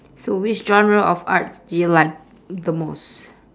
so which genre of arts do you like the most